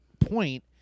point